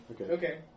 Okay